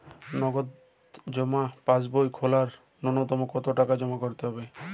নগদ জমা পাসবই খোলার জন্য নূন্যতম কতো টাকা জমা করতে হবে?